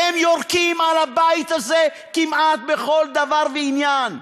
הם יורקים על הבית הזה כמעט בכל דבר ועניין,